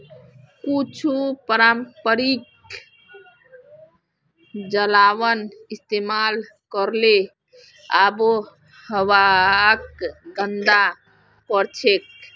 कुछू पारंपरिक जलावन इस्तेमाल करले आबोहवाक गंदा करछेक